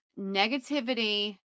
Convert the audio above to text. negativity